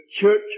church